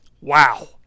Wow